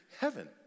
heaven